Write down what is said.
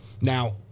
Now